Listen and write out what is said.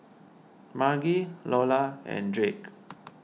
Margy Lola and Drake